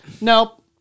Nope